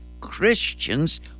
Christians